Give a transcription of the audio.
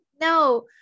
No